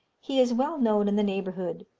he is well known in the neighbourhood,